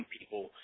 people